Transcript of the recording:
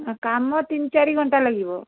ଆଉ କାମ ତିନି ଚାରି ଘଣ୍ଟା ଲାଗିବ